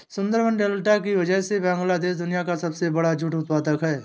Sundarban delta की वजह से बांग्लादेश दुनिया का सबसे बड़ा जूट उत्पादक है